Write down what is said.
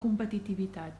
competitivitat